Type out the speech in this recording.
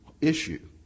issue